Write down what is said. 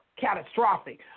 catastrophic